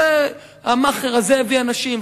והמאכער הזה הביא אנשים,